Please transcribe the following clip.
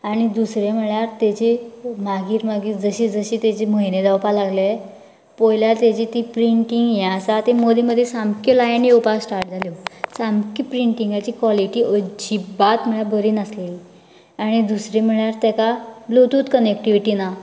आनी दुसरें म्हळ्यार तेजे मागीर मागीर जशी तेजे म्हयने जावपाक लागले पयल्यार तेजी ती प्रिन्ट ती हें आसा ती मदीं मदीं सामक्यो लायनी येवपाक स्टार्ट जाल्यो सामकी प्रिन्टींगाची क्वालिटी अज्जीबात म्हळ्यार बरी नासलेली आनी दुसरी म्हळ्यार तेका ब्लुटूथ कनेक्टीवीटी ना